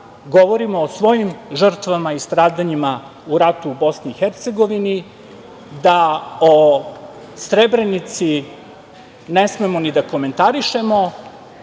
govorimo o svojim žrtvama i stradanjima u ratu u BiH, da o Srebrenici ne smemo ni da komentarišemo